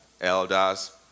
elders